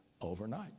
overnight